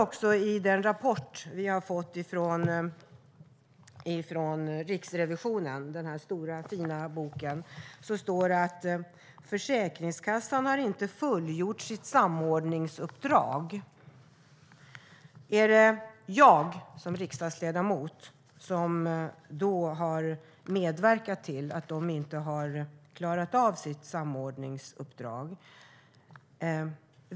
I rapporten från Riksrevisionen står det att Försäkringskassan inte har fullgjort sitt samordningsuppdrag. Är det jag som riksdagsledamot som har medverkat till att Försäkringskassan inte har klarat av sitt samordningsuppdrag?